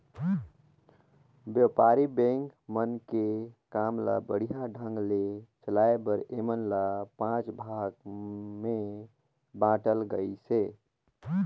बेपारी बेंक मन के काम ल बड़िहा ढंग ले चलाये बर ऐमन ल पांच भाग मे बांटल गइसे